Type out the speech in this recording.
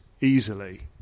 easily